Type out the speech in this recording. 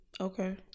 Okay